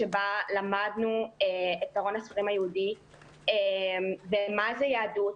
שבה למדנו את ארון הספרים היהודי ומה זה יהדות,